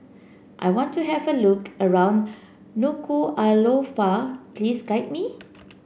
I want to have a look around Nuku'alofa please guide me